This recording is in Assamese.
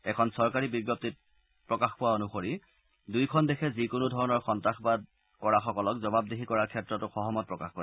এখন চৰকাৰী বিজ্ঞপ্তিত প্ৰকাশ পোৱা অনুসৰি দূয়োখন দেশে যিকোনো ধৰণৰ সন্তাসবাদ কৰা সকলক জবাবদিহি কৰাৰ ক্ষেত্ৰতো সহমত প্ৰকাশ কৰে